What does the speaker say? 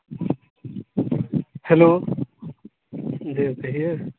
hello जी कहिए